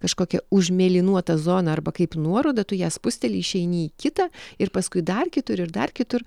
kažkokia užmėlynuota zona arba kaip nuoroda tu ją spusteli išeini į kitą ir paskui dar kitur ir dar kitur